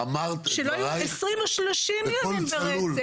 שלא יהיו 20 או 30 ימים ברצף.